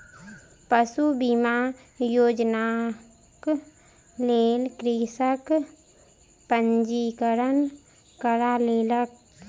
पशु बीमा योजनाक लेल कृषक पंजीकरण करा लेलक